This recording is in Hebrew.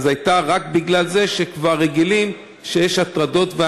היא הייתה רק בגלל זה שכבר רגילים שיש הטרדות.